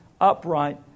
upright